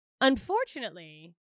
unfortunately